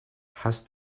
hast